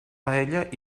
paella